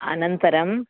अनन्तरम्